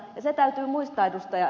se täytyy muistaa ed